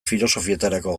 filosofietarako